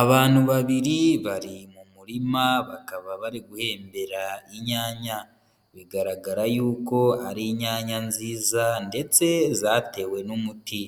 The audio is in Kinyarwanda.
Abantu babiri bari mu murima bakaba bari guhembera inyanya, bigaragara yuko ari inyanya nziza ndetse zatewe n'umuti,